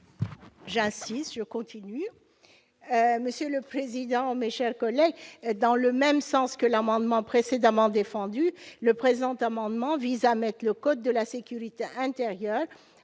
est à Mme Esther Benbassa. Mes chers collègues, dans le même sens que l'amendement précédemment défendu, le présent amendement vise à mettre le code de la sécurité intérieure